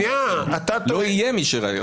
לא יהיה מי שירסן.